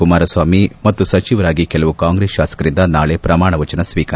ಕುಮಾರಸ್ವಾಮಿ ಮತ್ತು ಸಚಿವರಾಗಿ ಕೆಲವು ಕಾಂಗ್ರೆಸ್ ಶಾಸಕರಿಂದ ನಾಳೆ ಪ್ರಮಾಣವಚನ ಸ್ವೀಕಾರ